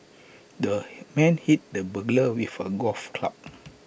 the man hit the burglar with A golf club